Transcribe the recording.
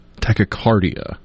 tachycardia